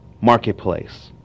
marketplace